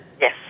Yes